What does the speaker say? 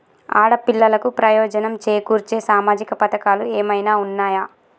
ఆడపిల్లలకు ప్రయోజనం చేకూర్చే సామాజిక పథకాలు ఏమైనా ఉన్నయా?